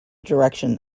direction